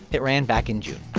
it ran back in june